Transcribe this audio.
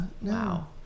wow